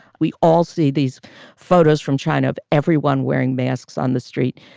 we all see these photos from china of everyone wearing masks on the street.